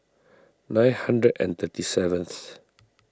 nine hundred and thirty seventh